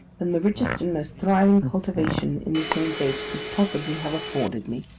than the richest and most thriving cultivation in the same place could possibly have afforded me.